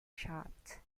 shot